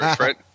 right